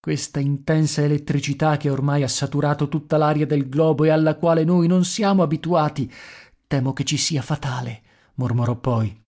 questa intensa elettricità che ormai ha saturato tutta l'aria del globo e alla quale noi non siamo abituati temo che ci sia fatale mormorò poi